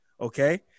Okay